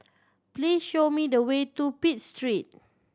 please show me the way to Pitt Street